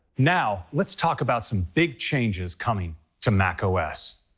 now let's talk about some big changes coming to macos.